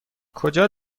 کجا